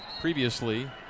previously